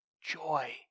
joy